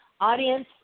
audience